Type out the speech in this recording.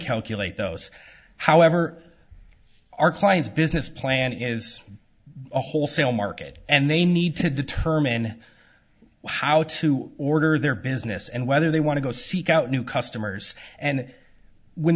calculate those however our client's business plan is a wholesale market and they need to determine how to order their business and whether they want to go seek out new customers and when